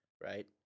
right